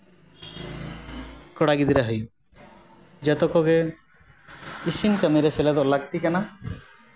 ᱠᱚᱲᱟ ᱜᱤᱫᱽᱨᱟᱹᱭ ᱦᱩᱭᱩᱜ ᱡᱚᱛᱚ ᱠᱚᱜᱮ ᱤᱥᱤᱱ ᱠᱟᱹᱢᱤ ᱨᱮ ᱥᱮᱞᱮᱫᱚᱜ ᱞᱟᱹᱠᱛᱤ ᱠᱟᱱᱟ